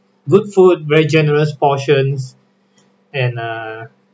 good food very generous portions and uh